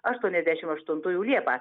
aštuoniasdešimt aštunųjų liepą